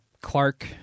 Clark